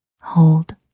hold